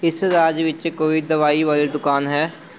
ਇਸ ਰਾਜ ਵਿੱਚ ਕੋਈ ਦਵਾਈ ਵਾਲੀ ਦੁਕਾਨ ਹੈ